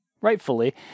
Rightfully